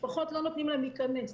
לא נותנים למשפחות להיכנס,